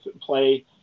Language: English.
play